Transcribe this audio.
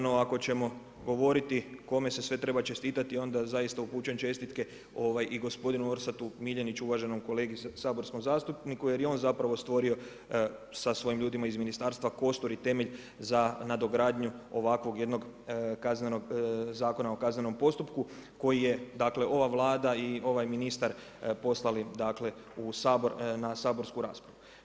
No, ako ćemo govoriti kome se sve treba čestitati, onda zaista upućujem čestitke i gospodinu Orsatu Miljeniću, uvaženom kolegi saborskom zastupniku jer je on zapravo stvorio sa svojim ljudima iz ministarstva kostur i temelj za nadogradnju ovakvog jednog kaznenog, Zakona o kaznenom postupku koji je, dakle ova Vlada i ovaj ministar poslali, dakle u Sabor na saborsku raspravu.